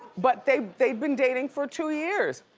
but they've they've been dating for two years.